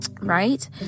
Right